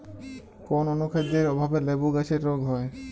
কোন অনুখাদ্যের অভাবে লেবু গাছের রোগ হয়?